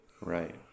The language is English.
Right